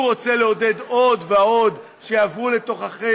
הוא רוצה לעודד עוד ועוד שיעברו לתוככי